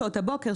שעות הבוקר,